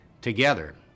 together